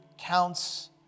Counts